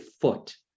foot